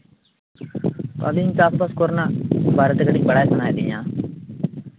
ᱟᱹᱞᱤᱧ ᱪᱟᱥᱼᱵᱟᱥ ᱠᱚᱨᱮᱱᱟᱜ ᱵᱟᱨᱮᱛᱮ ᱠᱟᱹᱴᱤᱡ ᱵᱟᱲᱟᱭ ᱥᱟᱱᱟᱭᱮᱫ ᱞᱤᱧᱟ